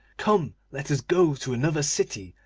come, let us go to another city,